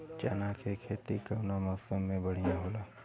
चना के खेती कउना मौसम मे बढ़ियां होला?